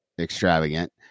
extravagant